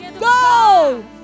go